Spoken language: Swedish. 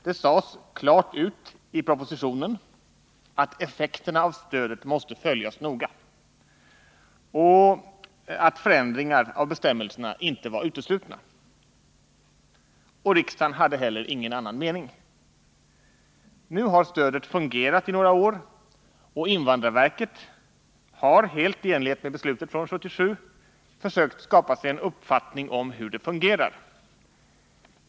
Det sades klart ut i propositionen att effekterna av stödet måste följas noga och att förändringar av bestämmelserna inte var uteslutna. Och riksdagen hade heller ingen annan mening. Nu har stödet fungerat i några år, och invandrarverket har — helt i enlighet med beslutet från 1977 — försökt skapa sig en uppfattning om hur det fungerar.